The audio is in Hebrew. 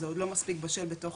זה עוד לא מספיק בשל בתוך,